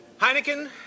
Heineken